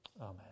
Amen